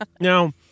Now